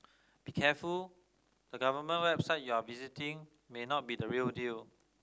be careful the government website you are visiting may not be the real deal